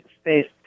space